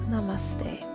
Namaste